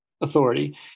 authority